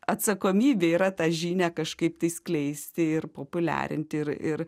atsakomybė yra ta žinią kažkaip tai skleisti ir populiarint ir ir